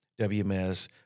WMS